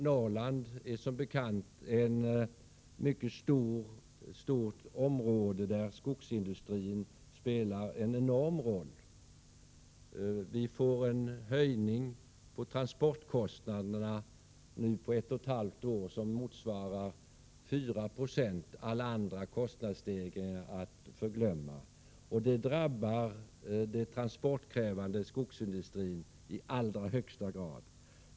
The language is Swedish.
Norrland är som bekant ett mycket stort område, där skogsindustrin spelar en enorm roll. Det sker nu på ett och ett halvt år en höjning av transportkostnaderna som motsvarar 4 96, alla andra kostnadsstegringar att förglömma. Det drabbar den transportkrävande skogsindustrin i allra högsta grad.